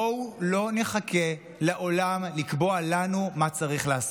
בואו לא נחכה לעולם לקבוע לנו מה צריך לעשות,